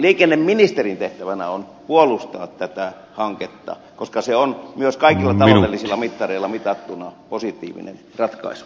liikenneministerin tehtävänä on puolustaa tätä hanketta koska se on myös kaikilla taloudellisilla mittareilla mitattuna positiivinen ratkaisu